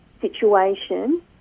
situation